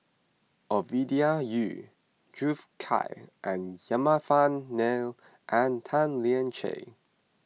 Ovidia Yu Juthika Ramanathan and Tan Lian Chye